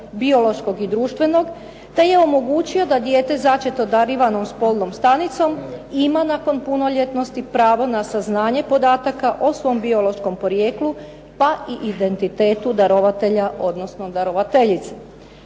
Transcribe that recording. biološkog i društvenog, te je omogućio da dijete začeto darivanom spolnom stanicom ima nakon punoljetnosti pravo na saznanje podataka o svom biološkom porijeklu pa i identitetu darovatelja, odnosno darovateljice.